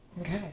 Okay